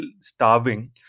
starving